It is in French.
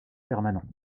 permanents